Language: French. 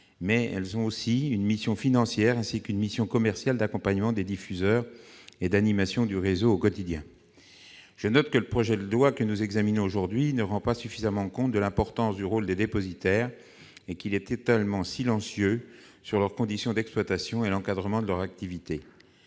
; elles ont aussi une mission financière et commerciale d'accompagnement des diffuseurs et d'animation du réseau au quotidien. Le projet de loi que nous examinons aujourd'hui ne rend pas suffisamment compte de l'importance du rôle des dépositaires, et il est totalement silencieux sur leurs conditions d'exploitation et d'encadrement de leur activité.